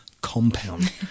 compound